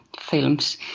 films